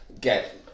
get